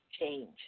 change